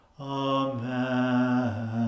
Amen